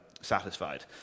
satisfied